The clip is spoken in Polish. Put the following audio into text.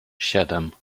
siedem